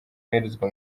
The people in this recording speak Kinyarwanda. yoherezwa